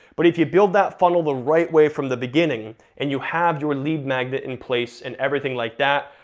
but if you build that funnel the right way from the beginning, and you have your ah lead magnet in place, and everything like that,